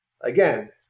again